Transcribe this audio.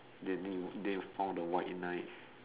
then me then you found the white knight